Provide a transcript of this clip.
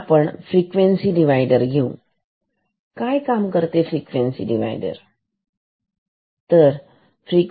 आता आपण frequency divider घेऊ काय काम आहे फ्रिक्वेन्सी डिव्हायडर चे